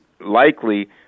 likely